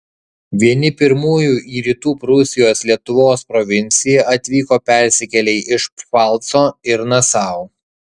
vieni pirmųjų į rytų prūsijos lietuvos provinciją atvyko persikėlėliai iš pfalco iš nasau